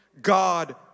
God